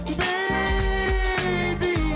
baby